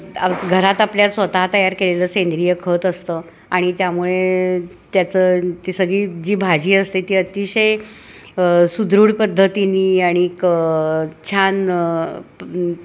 घरात आपल्या स्वतः तयार केलेलं सेंद्रीय खत असतं आणि त्यामुळे त्याचं ती सगळी जी भाजी असते ती अतिशय सुदृढ पद्धतीनी आणिक छान